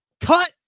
Cut